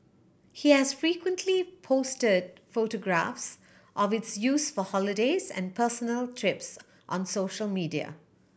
he has frequently posted photographs of its use for holidays and personal trips on social media